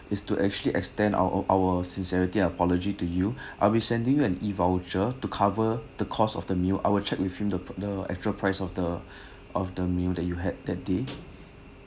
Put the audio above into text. it's to actually extend our our sincerity and apology to you I'll be sending an E_voucher to cover the cost of the meal I will check with him the the actual price of the of the meal that you had that day